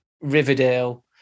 Riverdale